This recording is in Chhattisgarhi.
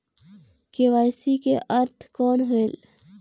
के.वाई.सी कर अर्थ कौन होएल?